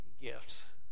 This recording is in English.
gifts